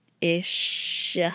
ish